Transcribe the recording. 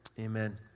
Amen